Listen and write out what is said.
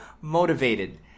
motivated